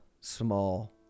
small